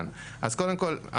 אז קודם כל,